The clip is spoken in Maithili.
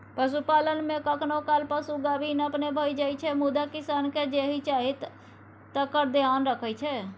पशुपालन मे कखनो काल पशु गाभिन अपने भए जाइ छै मुदा किसानकेँ जे चाही तकर धेआन रखै छै